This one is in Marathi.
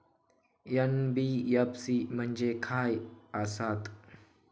एन.बी.एफ.सी म्हणजे खाय आसत?